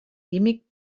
químic